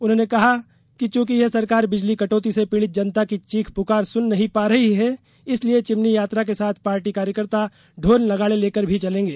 उन्होंने कहा कि चूंकि यह सरकार बिजली कटौती से पीड़ित जनता की चीख पुकार नहीं सुन पा रही है इसलिए चिमनी यात्रा के साथ पार्टी ढोल नगाड़े लेकर भी चलेगे